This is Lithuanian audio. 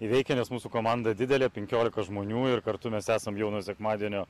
įveikę nes mūsų komanda didelė penkiolika žmonių ir kartu mes esam jau nuo sekmadienio